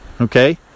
okay